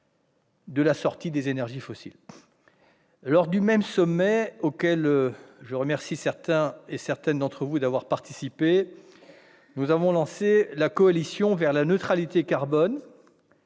vers la sortie des énergies fossiles. Lors du même sommet, auquel je remercie certains d'entre vous d'avoir participé, nous avons aussi lancé la coalition vers la neutralité carbone.